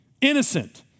innocent